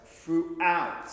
throughout